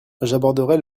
j’aborderai